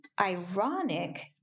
ironic